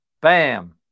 Bam